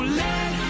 let